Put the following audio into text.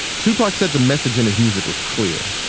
tupac said the message in his music was clear